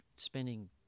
Spending